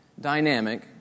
dynamic